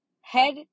head